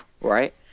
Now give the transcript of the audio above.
right